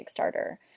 Kickstarter